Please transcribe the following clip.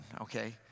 Okay